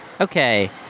okay